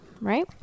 right